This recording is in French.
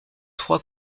trois